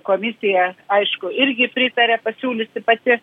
komisija aišku irgi pritarė pasiūliusi pati